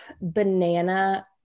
Banana